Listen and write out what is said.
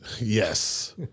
Yes